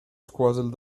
skoazell